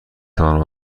توانم